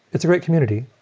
it's a great community.